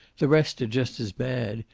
the rest are just as bad.